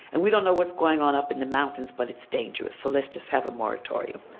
and we don't know what's going on up in the mountains, but it's dangerous, so let's just have a moratorium.